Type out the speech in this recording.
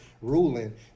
ruling